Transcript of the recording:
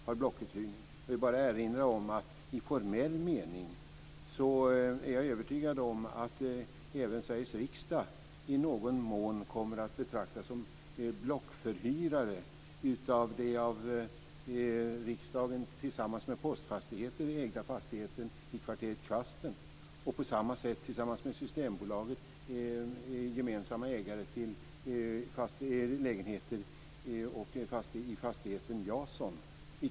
Jag vill bara erinra om att i formell mening även Sveriges riksdag enligt min mening i någon mån kommer att betraktas som blockförhyrare av den av riksdagen tillsammans med Postfastigheter ägda fastigheten i kvarteret Kvasten. På samma sätt är riksdagen tillsammans med Systembolaget gemensam ägare till lägenheter i kvarteret Jason.